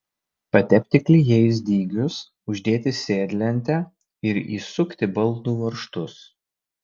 patepti klijais dygius uždėti sėdlentę ir įsukti baldų varžtus